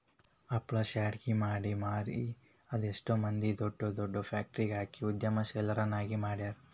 ಹಪ್ಳಾ ಶಾಂಡ್ಗಿ ಮಾಡಿ ಮಾರಿ ಅದೆಷ್ಟ್ ಮಂದಿ ದೊಡ್ ದೊಡ್ ಫ್ಯಾಕ್ಟ್ರಿ ಹಾಕಿ ಉದ್ಯಮಶೇಲರನ್ನಾಗಿ ಮಾಡ್ಯಾರ